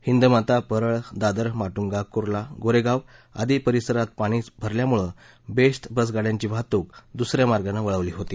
हिंदमाता परळ दादर माटुंगा कुर्ला गोरेगाव ित्यादी परिसरात पाणी भरल्यामुळं बेस्ट बसगाड्यांची वाहतूक दुस या मार्गानं वळवली होती